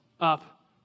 up